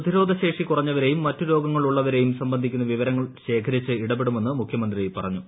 പ്രതിരോധശേഷി കുറഞ്ഞവരെയും മറ്റു രോഗങ്ങൾ ഉള്ളവരെയും സംബന്ധിക്കുന്ന വിവരങ്ങൾ ശേഖരിച്ച് ഇട്ടപ്പെടുമെന്ന് മുഖ്യമന്ത്രി പറഞ്ഞു